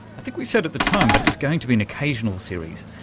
i think we said at the time that it was going to be an occasional series.